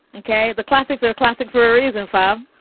okay. the classics are classic for a reason for